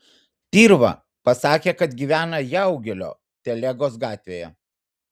tirva pasakė kad gyvena jaugelio telegos gatvėje